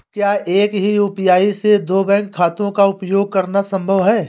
क्या एक ही यू.पी.आई से दो बैंक खातों का उपयोग करना संभव है?